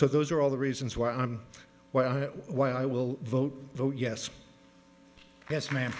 so those are all the reasons why i'm why why i will vote vote yes yes ma'am